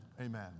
Amen